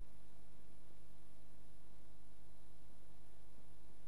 הישיבה הבאה תתקיים ביום